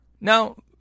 Now